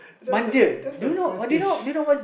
that's a that's a fetish